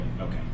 Okay